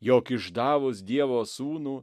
jog išdavus dievo sūnų